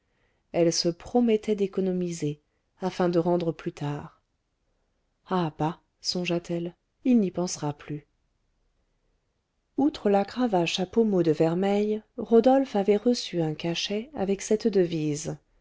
elle se promettait d'économiser afin de rendre plus tard ah bah songea t elle il n'y pensera plus outre la cravache à pommeau de vermeil rodolphe avait reçu un cachet avec cette devise